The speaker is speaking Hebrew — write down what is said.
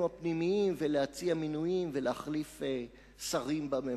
הפנימיים ולהציע מינויים ולהחליף שרים בממשלה.